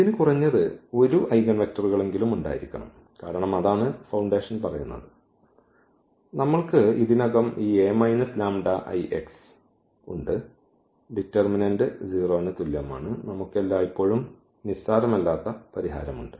ഇതിന് കുറഞ്ഞത് 1 ഐഗൻവെക്ടറുകളെങ്കിലും ഉണ്ടായിരിക്കണം കാരണം അതാണ് ഫൌണ്ടേഷൻ പറയുന്നത് നമ്മൾക്ക് ഇതിനകം ഈ ഉണ്ട് ഡിറ്റർമിനന്റ് 0 ന് തുല്യമാണ് നമുക്ക് എല്ലായ്പ്പോഴും നിസ്സാരമല്ലാത്ത പരിഹാരമുണ്ട്